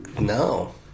No